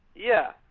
yeah.